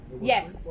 Yes